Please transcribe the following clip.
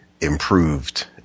improved